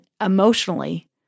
emotionally